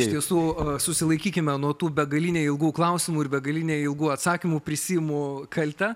iš tiesų susilaikykime nuo tų begaliniai ilgų klausimų ir begaliniai ilgų atsakymų prisiimu kaltę